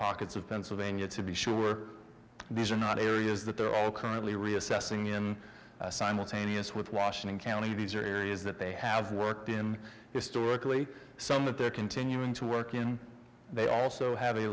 pockets of pennsylvania to be sure these are not areas that they're all currently reassessing in simultaneous with washington county these are areas that they have worked in historically some that they're continuing to work in they also have a